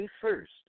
first